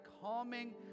calming